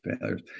failures